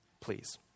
please